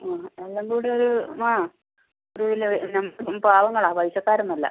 ആ എല്ലാം കൂടി ഒരു ആ ഒരു വല്യ പാവങ്ങളാ പൈസക്കാരൊന്നും അല്ല